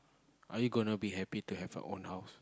are you gonna be happy to have your own house